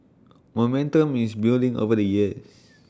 momentum is building over the years